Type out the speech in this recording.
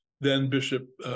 then-Bishop